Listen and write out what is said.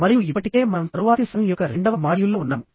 మరియు ఇప్పటికే మనం తరువాతి సగం యొక్క రెండవ మాడ్యూల్లో ఉన్నాము